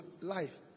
life